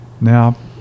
Now